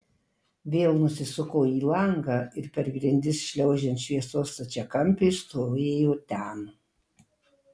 vėl nusisuko į langą ir per grindis šliaužiant šviesos stačiakampiui stovėjo ten